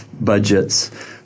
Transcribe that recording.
budgets